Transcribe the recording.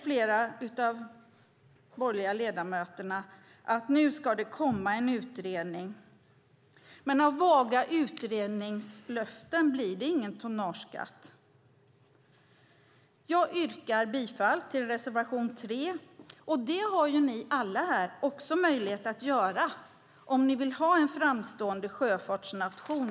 Flera av de borgerliga ledamöterna säger att det nu ska komma en utredning. Men av vaga utredningslöften blir det ingen tonnageskatt. Jag yrkar bifall till reservation 3, och det har ni alla här också möjlighet att göra om ni vill att Sverige ska vara en framstående sjöfartsnation.